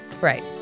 Right